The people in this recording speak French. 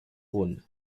rhône